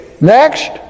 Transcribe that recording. next